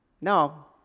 No